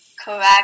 Correct